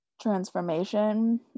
transformation